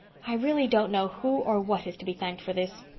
i really don't know who or what is to be thanked for this.